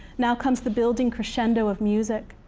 now comes the building crescendo of music,